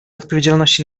odpowiedzialności